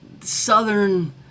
southern